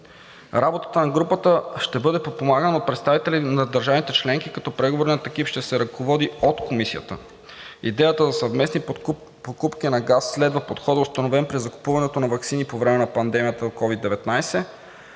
Работата на групата ще бъде подпомагана от представители на държавите членки, като преговорният екип ще се ръководи от Комисията. Идеята за съвместни покупки на газ следва подхода, установен при закупуването на ваксини по време на пандемията от COVID-19.